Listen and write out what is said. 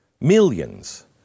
Millions